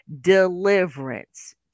deliverance